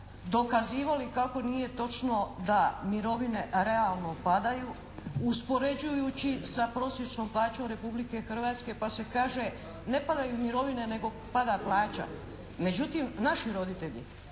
dokazivali kako nije točno da mirovine realno padaju, uspoređujući sa prosječnom plaćom Republike Hrvatske pa se kaže ne padaju mirovine nego pada plaća. Međutim, naši roditelji